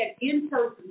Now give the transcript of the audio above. in-person